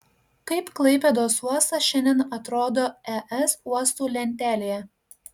kaip klaipėdos uostas šiandien atrodo es uostų lentelėje